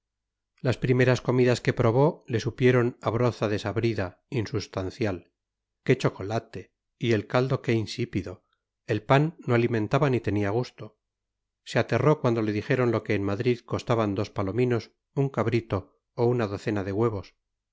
las primeras comidas que probó le supieron a broza desabrida insustancial qué chocolate y el caldo qué insípido el pan no alimentaba ni tenía gusto se aterró cuando le dijeron lo que en madrid costaban dos palominos un cabrito o una docena de huevos